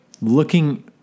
looking